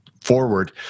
forward